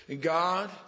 God